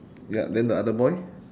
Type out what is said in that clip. yup then the other boy